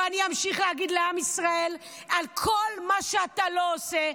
ואני אמשיך להגיד לעם ישראל כל מה שאתה לא עושה,